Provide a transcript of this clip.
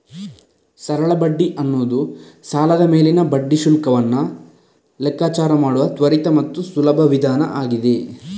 ಸರಳ ಬಡ್ಡಿ ಅನ್ನುದು ಸಾಲದ ಮೇಲಿನ ಬಡ್ಡಿ ಶುಲ್ಕವನ್ನ ಲೆಕ್ಕಾಚಾರ ಮಾಡುವ ತ್ವರಿತ ಮತ್ತು ಸುಲಭ ವಿಧಾನ ಆಗಿದೆ